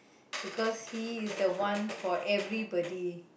because he is the one for everybody